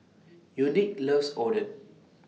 Unique loves Oden